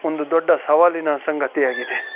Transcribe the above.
ಒಂದು ದೊಡ್ಡ ಸವಾಲಿನ ಸಂಗತಿಯಾಗಿದೆ